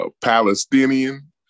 Palestinian